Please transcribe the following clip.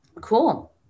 cool